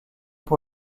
pour